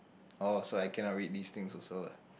oh so I cannot read this thing also lah